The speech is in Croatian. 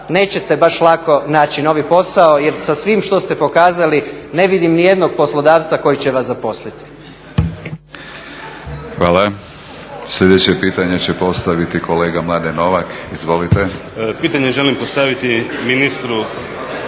nećete baš lako naći novi posao jel sa svim što ste pokazali ne vidim nijednog poslodavca koji će vas zaposliti. **Batinić, Milorad (HNS)** Hvala. Sljedeće pitanje će postaviti kolega Mladen Novak. Izvolite. Molim vas